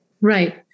Right